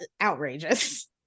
outrageous